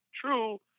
true